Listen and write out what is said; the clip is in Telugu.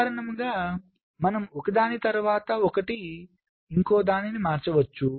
సాధారణంగా మనము ఒక దానిని తరువాత ఇంకొక దానిని మార్చవచ్చు